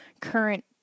current